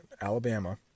Alabama